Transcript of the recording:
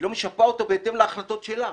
כלומר, היא לא משפה אותו בהתאם להחלטות שלה,